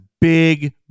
big